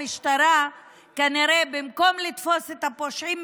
במקום לתפוס את הפושעים,